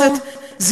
לקבל אישור.